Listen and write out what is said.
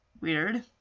Weird